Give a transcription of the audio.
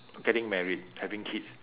getting married having kids